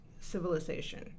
civilization